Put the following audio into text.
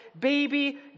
baby